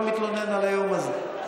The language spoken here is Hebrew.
לא מתלונן על היום הזה.